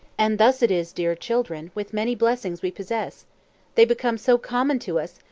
and thus it is, dear children, with many blessings we possess they become so common to us,